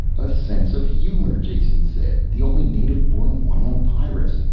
a sense of humor, jason said. the only native-born one on pyrrus.